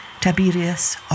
Tiberius